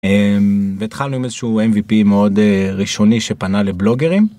ותחלנו עם איזשהו mvp מאוד ראשוני שפנה לבלוגרים.